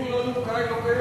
אם היא לא נימקה, היא לא קיימת.